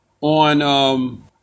on